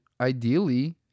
ideally